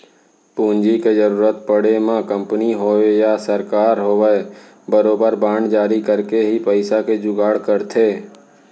पूंजी के जरुरत पड़े म कंपनी होवय या सरकार होवय बरोबर बांड जारी करके ही पइसा के जुगाड़ करथे